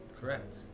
Correct